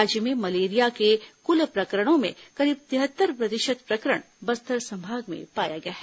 राज्य में मलेरिया के कुल प्रकरणों में करीब तिहत्तर प्रतिशत प्रकरण बस्तर संभाग में पाया गया है